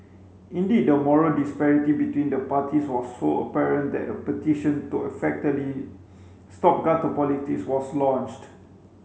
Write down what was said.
indeed the moral disparity between the parties was so apparent that a petition to effectively stop gutter politics was launched